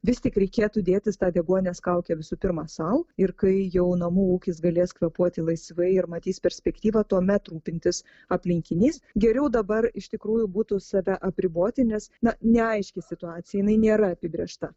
vis tik reikėtų dėtis tą deguonies kaukę visų pirma sau ir kai jau namų ūkis galės kvėpuoti laisvai ir matys perspektyvą tuomet rūpintis aplinkiniais geriau dabar iš tikrųjų būtų save apriboti nes na neaiški situacija jinai nėra apibrėžta